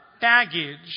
baggage